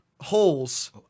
holes